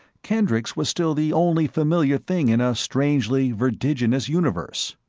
kendricks was still the only familiar thing in a strangely vertiginous universe.